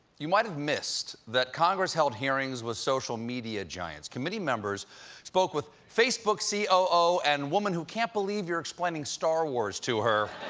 you might have missed that congress held hearings with social media giants. committee members spoke with facebook c o o. and woman who can't believe you're explaining star wars to her,